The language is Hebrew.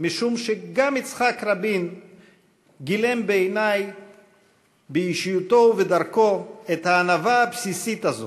משום שגם יצחק רבין גילם באישיותו ובדרכו את הענווה הבסיסית הזאת,